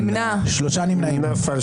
הצבעה לא אושרה נפל.